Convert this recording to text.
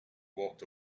walked